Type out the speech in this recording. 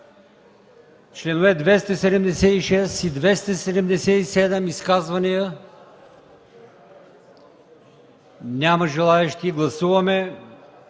Членове 276 и 277 – изказвания? Няма желаещи. Гласуваме